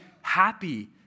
happy